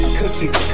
cookies